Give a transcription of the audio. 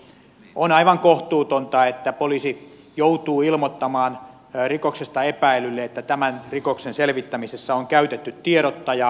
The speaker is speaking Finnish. on aivan kohtuutonta että poliisi joutuu ilmoittamaan rikoksesta epäillylle että tämän rikoksen selvittämisessä on käytetty tiedottajaa